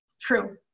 True